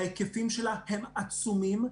ההיקפים שלה הם עצומים,